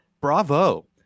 Bravo